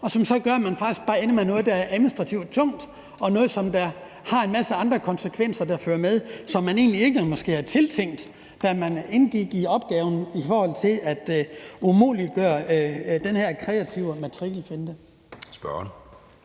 og at man så bare ender med noget, der er administrativt tungt, og noget, der fører en masse administrative konsekvenser med sig, som måske egentlig ikke var tiltænkt, da man indgik i opgaven, i forhold til at umuliggøre den her kreative matrikelfinte.